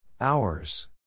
Hours